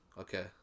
okay